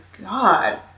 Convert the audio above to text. god